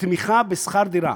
בתמיכה בשכר-דירה